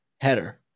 header